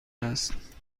است